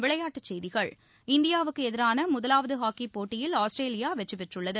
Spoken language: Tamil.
விளையாட்டுச் செய்திகள் இந்தியா வுக்கு எதிரான முதலாவது ஹாக்கிப் போட்டியில் ஆஸ்திரேலியா வெற்றிபெற்றுள்ளது